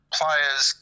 players